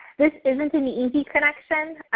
this isn't an easy connection.